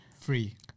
Free